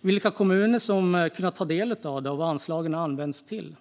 vilka kommuner som har kunnat ta del av det och vad anslagen har använts till.